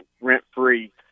rent-free